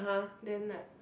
then like